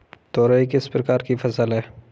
तोरई किस प्रकार की फसल है?